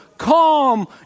Calm